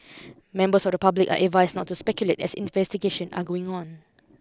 members of the public are advised not to speculate as investigation are going on